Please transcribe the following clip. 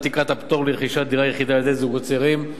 תקרת הפטור לרכישת דירה יחידה על-ידי זוגות צעירים,